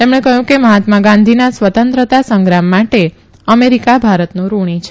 તેમણે કહયું કે મહાત્મા ગાંધીના સ્વતંત્રતા સંગ્રામ માટે અમેરીકા ભારતનું ઋણી છે